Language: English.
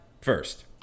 first